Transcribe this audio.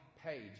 Page